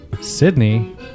Sydney